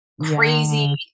crazy